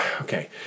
Okay